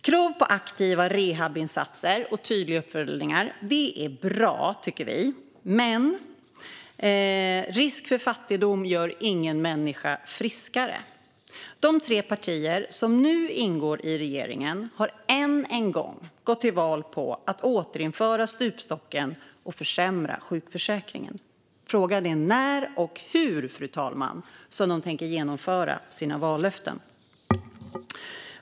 Krav på aktiva rehabinsatser och tydliga uppföljningar är bra, tycker vi, men risk för fattigdom gör ingen människa friskare. De tre partier som nu ingår i regeringen har än en gång gått till val på att återinföra stupstocken och försämra sjukförsäkringen. Frågan är när och hur, fru talman, de tänker genomföra sina vallöften.